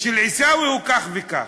ושל עיסאווי הוא כך וכך.